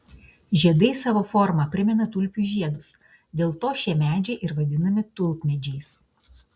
žiedai savo forma primena tulpių žiedus dėl to šie medžiai ir vadinami tulpmedžiais